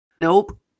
Nope